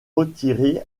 retirer